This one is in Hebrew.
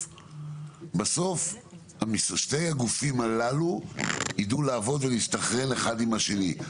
בסוף שני הגופים הללו יידעו לעבוד או להסתנכרן אחד עם השני,